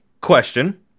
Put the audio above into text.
question